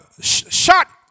shot